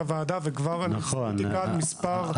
הישיבה וכבר מצאתי מספר לא קטן של אי-דיוקים.